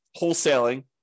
wholesaling